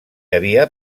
havia